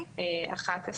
תחילה.